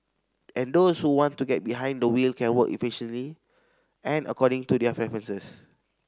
and those who want to get behind the wheel can work efficiently and according to their preferences